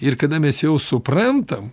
ir kada mes jau suprantam